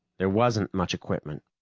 there wasn't much equipment.